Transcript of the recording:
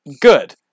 good